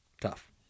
Tough